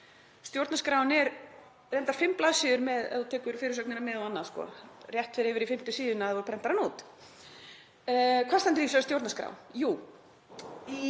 Stjórnarskráin er reyndar fimm blaðsíður ef þú tekur fyrirsögnina með og annað, fer rétt yfir í fimmtu síðuna ef þú prentar hana út. Hvað stendur í þessari stjórnarskrá?